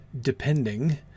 depending